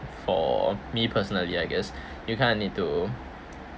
for me personally I guess you kind of need to